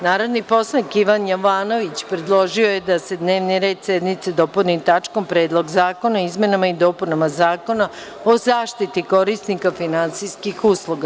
Narodni poslanik Ivan Jovanović predložio je da se dnevni red sednice dopuni tačkom – Predlog zakona o izmenama i dopunama Zakona o zaštiti korisnika finansijskih usluga.